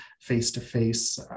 face-to-face